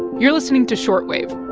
you're listening to short wave.